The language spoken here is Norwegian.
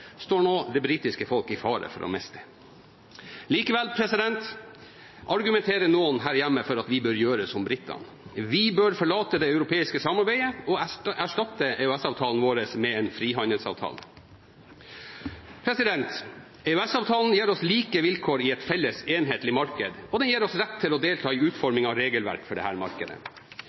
står nå det britiske folk i fare for å miste. Likevel argumenterer noen her hjemme for at vi bør gjøre som britene. Vi bør forlate det europeiske samarbeidet og erstatte EØS-avtalen vår med en frihandelsavtale. EØS-avtalen gir oss like vilkår i et felles enhetlig marked, og den gir oss rett til å delta i utforming av regelverk for dette markedet. Regjeringen mener at det